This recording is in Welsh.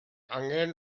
angen